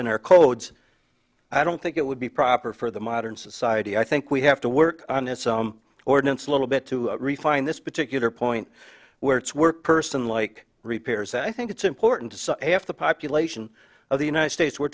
our codes i don't think it would be proper for the modern society i think we have to work on it some ordinance a little bit to refine this particular point where it's work person like repairs i think it's important to have the population of the united states we're